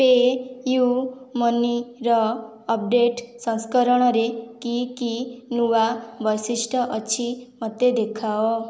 pay' you ମନିର update ସଂସ୍କରଣ ରେ କି କି ନୂଆ ବୈଶିଷ୍ଟ୍ୟ ଅଛି ମୋତେ ଦେଖାଅ